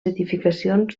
edificacions